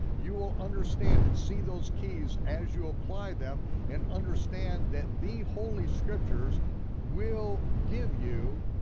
you will understand and see those keys as you apply them and understand that the holy scriptures will give you